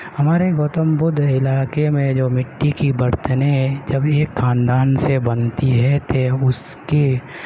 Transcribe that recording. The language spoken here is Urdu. ہمارے گوتم بدھ علاقے میں جو مٹی کی برتنیں جب یہ خاندان سے بنتی ہے تے اس کے